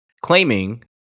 claiming